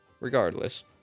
regardless